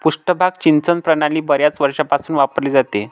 पृष्ठभाग सिंचन प्रणाली बर्याच वर्षांपासून वापरली जाते